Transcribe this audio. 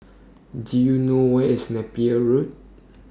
Do YOU know Where IS Napier Road